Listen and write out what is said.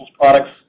products